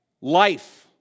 life